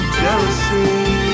jealousy